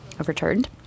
overturned